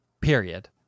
period